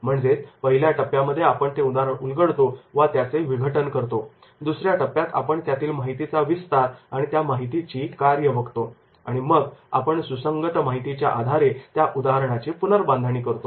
म्हणजेच पहिल्या टप्प्यामध्ये आपण ते उदाहरण उलगडतो वा त्याचे विघटन करतो दुसऱ्या टप्प्यात आपण त्यातील माहितीचा विस्तार आणि त्या माहितीची कार्य बघतो आणि मग आपण सुसंगत माहितीच्या आधारे त्या उदाहरणाची पुनर्बांधणी करतो